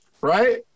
right